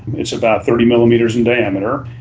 it's about thirty millimetres in diameter,